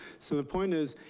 so the point is,